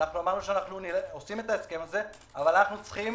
אמרנו שאנו עושים את ההסכם הזה אבל צריכים